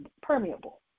permeable